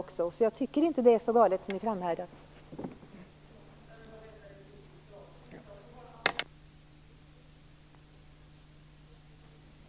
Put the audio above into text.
Jag tycker alltså inte att det här är så galet som ni framhärdar med att hävda.